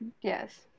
yes